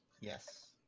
Yes